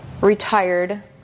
retired